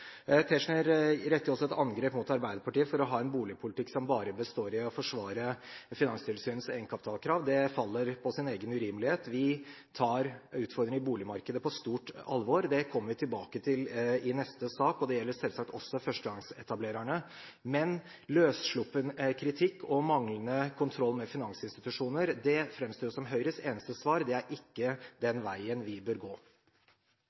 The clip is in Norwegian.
Tetzschner retter også et angrep mot Arbeiderpartiet for å ha en boligpolitikk som bare består i å forsvare Finanstilsynets egenkapitalkrav. Det faller på sin egen urimelighet, vi tar utfordringen i boligmarkedet på stort alvor. Det kommer vi tilbake til i neste sak, og det gjelder selvsagt også førstegangsetablererne. Men løssluppen kritikk og manglende kontroll med finansinstitusjoner framstår som Høyres eneste svar. Det er ikke den veien vi bør gå.